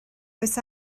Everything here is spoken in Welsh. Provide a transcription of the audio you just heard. oes